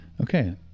Okay